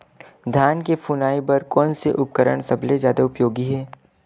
धान के फुनाई बर कोन से उपकरण सबले जादा उपयोगी हे?